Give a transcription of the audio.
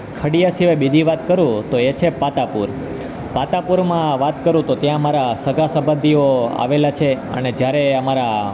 ખડીયા સિવાય બીજી વાત કરું તો એ છે પાતાપુર પાતાપુરમાં વાત કરું તો ત્યાં મારા સગાસંબંધીઓ આવેલા છે અને જ્યારે અમારા